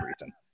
reason